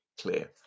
clear